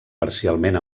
parcialment